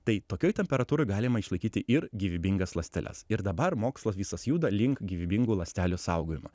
tai tokioj temperatūroj galima išlaikyti ir gyvybingas ląsteles ir dabar mokslas visas juda link gyvybingų ląstelių saugojimo